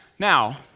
Now